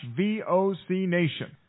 vocnation